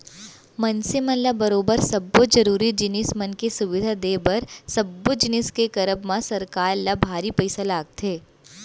मनसे मन ल बरोबर सब्बो जरुरी जिनिस मन के सुबिधा देय बर सब्बो जिनिस के करब म सरकार ल भारी पइसा लगथे